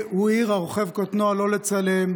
הוא העיר, רוכב הקטנוע: לא לצלם.